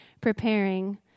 preparing